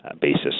basis